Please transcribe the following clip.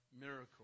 Miracle